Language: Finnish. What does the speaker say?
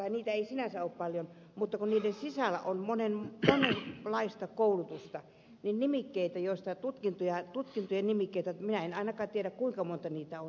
tai ei niitä sinänsä ole paljon mutta kun niiden sisällä on monenlaista koulutusta joiden tutkintojen nimikkeitä minä en ainakaan tiedä enkä sitä kuinka monta niitä on